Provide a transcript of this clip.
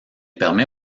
permet